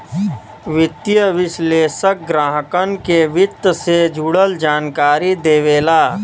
वित्तीय विश्लेषक ग्राहकन के वित्त से जुड़ल जानकारी देवेला